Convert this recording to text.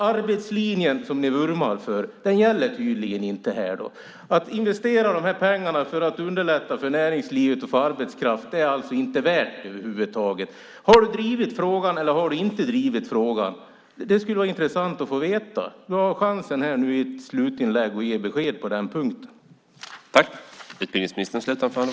Arbetslinjen som ni vurmar för gäller tydligen inte här. Att investera dessa pengar för att underlätta för näringslivet att få arbetskraft är alltså inte värt det över huvud taget. Har ministern drivit frågan eller har ministern inte drivit frågan? Det skulle vara intressant att få veta. Nu har Jan Björklund chansen att ge besked på den punkten i sitt slutinlägg.